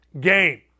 game